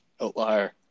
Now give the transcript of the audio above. outlier